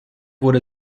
wurde